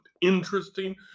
interesting